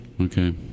okay